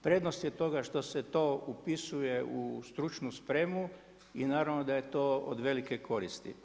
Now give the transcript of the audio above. Prednost je toga što se to upisuje u stručnu spremu i naravno da je to od velike koristi.